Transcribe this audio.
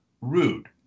rude